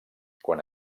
quan